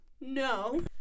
no